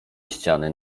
ściany